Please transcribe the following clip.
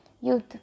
youth